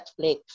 Netflix